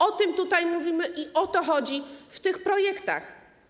O tym tutaj mówimy i o to chodzi w tych projektach.